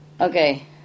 Okay